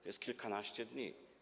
To jest kilkanaście dni.